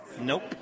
Nope